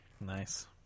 nice